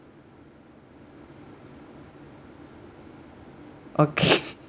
okay